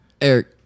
Eric